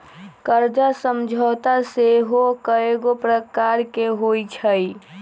कर्जा समझौता सेहो कयगो प्रकार के होइ छइ